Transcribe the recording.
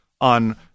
on